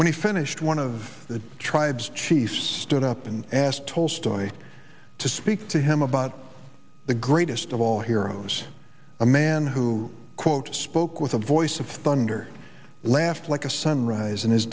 when he finished one of the tribes chiefs stood up and asked tolstoy to speak to him about the greatest of all heroes a man who spoke with a voice of thunder laughed like a sunrise and his